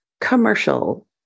commercial